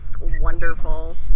Wonderful